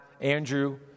Andrew